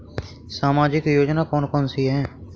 सामाजिक योजना कौन कौन सी हैं?